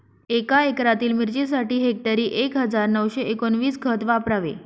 एका एकरातील मिरचीसाठी हेक्टरी एक हजार नऊशे एकोणवीस खत वापरावे